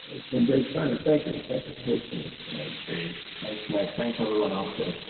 it's been great fun and thank you. thank you for hosting this tonight. great. thanks, nick. thanks, everyone else too.